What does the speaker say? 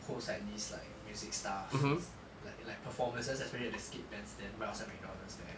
host like this like music stuff like like performances especially at the scape bandstand right outside McDonald's there